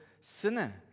sinner